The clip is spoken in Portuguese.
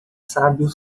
sábio